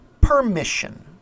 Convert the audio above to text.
permission